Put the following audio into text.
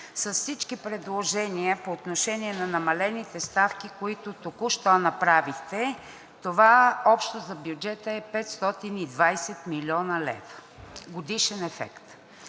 С всички предложения по отношение на намалените ставки, които току-що направихте, това общо за бюджета е 520 млн. лв. – годишен ефект.